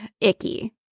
...icky